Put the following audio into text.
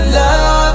love